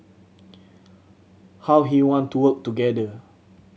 how he want to work together